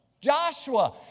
Joshua